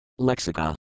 Lexica